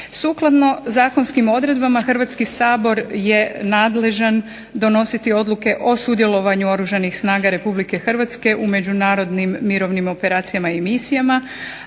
Sukladno zakonskim odredbama Hrvatski sabor je nadležan donositi odluke o sudjelovanju Oružanih snaga RH u međunarodnim mirovnim operacijama i misijama,